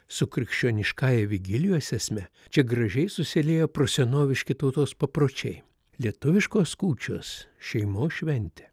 su krikščioniškąja vigilijos esme čia gražiai susilieja prosenoviški tautos papročiai lietuviškos kūčios šeimos šventė